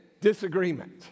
disagreement